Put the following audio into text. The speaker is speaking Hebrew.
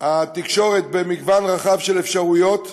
תקשורת במגוון רחב של אפשרויות,